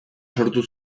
sortu